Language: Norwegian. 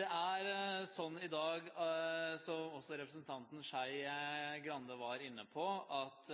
Det er sånn i dag, som også representanten Skei Grande var inne på, at